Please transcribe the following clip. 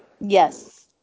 Yes